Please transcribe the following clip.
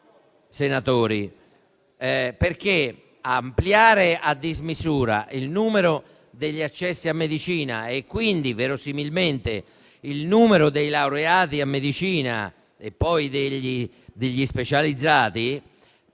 senatori, ad ampliare a dismisura il numero degli accessi a medicina (e quindi, verosimilmente, il numero dei laureati a medicina e, poi, degli specializzati),